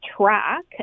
track